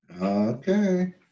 Okay